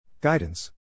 Guidance